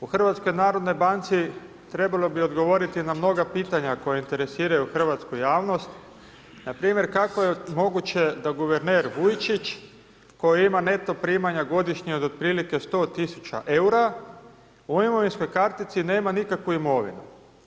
U HNB-u trebalo bi odgovoriti na mnoga pitanja koja interesiraju hrvatsku javnost, npr. kako je moguće da guverner Vujčić koji ima neto primanja godišnje od otprilike 100 tisuća eura u imovinskoj kartici nema nikakvu imovinu.